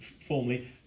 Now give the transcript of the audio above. formally